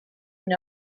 when